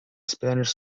spanish